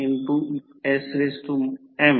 9 कोन 38 o ampere असेल